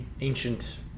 ancient